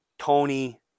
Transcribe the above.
Tony